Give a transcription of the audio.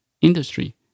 industry